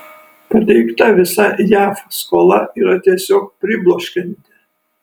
pateikta visa jav skola yra tiesiog pribloškianti